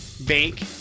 bank